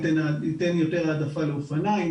ניתן יותר העדפה לאופניים,